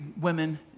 women